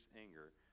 anger